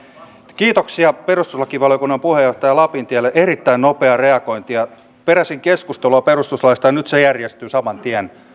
kiitoksia perustuslakivaliokunnan puheenjohtaja lapintielle erittäin nopeaa reagointia peräsin keskustelua perustuslaista ja nyt se järjestyi saman tien